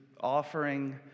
offering